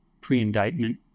pre-indictment